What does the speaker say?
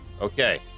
Okay